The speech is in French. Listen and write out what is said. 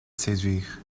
séduire